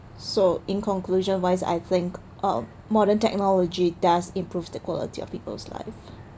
so in conclusion wise I think uh modern technology does improve the quality of people's live